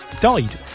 died